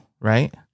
right